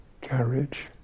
carriage